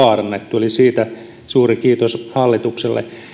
vaarannettu siitä suuri kiitos hallitukselle